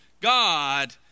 God